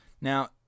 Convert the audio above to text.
Now